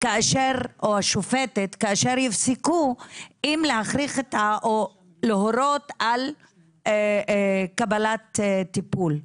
או השופטת כאשר יפסקו אם להכריח או להורות על קבלת טיפול.